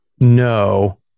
No